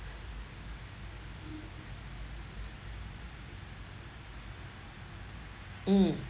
mm